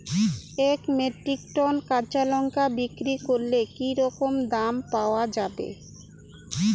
এক metric ton কাঁচা লঙ্কা বিক্রি করলে কি রকম দাম পাওয়া যাবে?